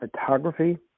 photography